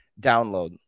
download